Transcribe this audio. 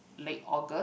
late August